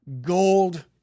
gold